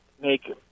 make